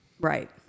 Right